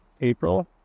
april